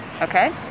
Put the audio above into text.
okay